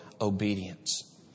obedience